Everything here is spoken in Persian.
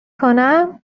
کنم